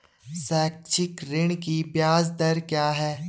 शैक्षिक ऋण की ब्याज दर क्या है?